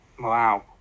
wow